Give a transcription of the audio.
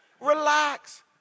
Relax